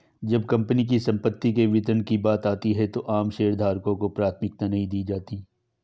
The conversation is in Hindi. जब कंपनी की संपत्ति के वितरण की बात आती है तो आम शेयरधारकों को प्राथमिकता नहीं दी जाती है